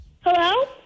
Hello